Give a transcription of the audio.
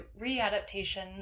re-adaptation